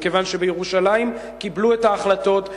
מכיוון שבירושלים קיבלו את ההחלטות,